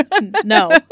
No